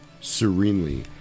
serenely